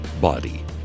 body